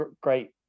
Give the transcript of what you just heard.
Great